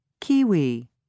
Kiwi